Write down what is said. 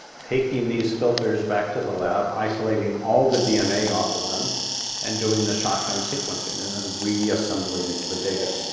taking these filters back to the lab, isolating all the dna off of them and doing the shotgun sequencing and then reassembling the data.